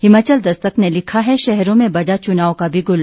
हिमाचल दस्तक ने लिखा है शहरों में बजा चुनाव का बिगुल